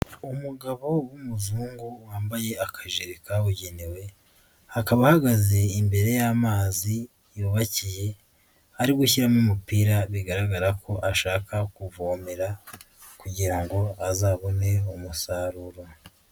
Umugabo w'umuzungu wambaye akajire kabugenewe akaba ahagaze imbere y'amazi yubakiye ari gushyiramo umupira bigaragara ko ashaka kuvomera kugira ngo azabone umusaruro.